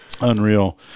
unreal